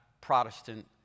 Protestant